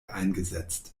eingesetzt